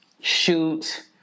shoot